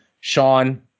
Sean